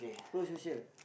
prosocial